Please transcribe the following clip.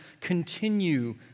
continue